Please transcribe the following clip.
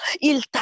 Il